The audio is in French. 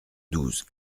douze